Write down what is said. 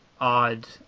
odd